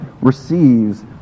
receives